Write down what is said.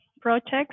projects